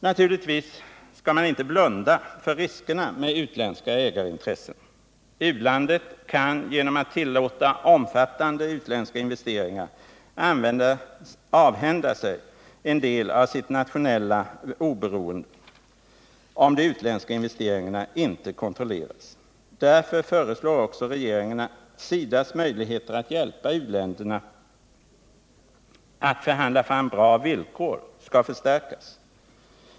Naturligtvis skall man inte blunda för riskerna med utländska ägarintressen. U-landet kan genom att tillåta omfattande utländska investeringar avhända sig en del av sitt nationella oberoende, om de utländska investeringarna inte kontrolleras. Därför föreslår också regeringen att SIDA:s möjlighet att hjälpa u-länderna att förhandla fram bra villkor skall förstärkas.